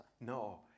No